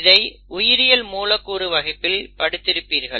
இதை உயிரியல் மூலக்கூறு வகுப்பில் படித்திருப்பீர்கள்